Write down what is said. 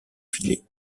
filer